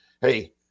hey